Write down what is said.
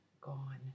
gone